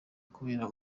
bubera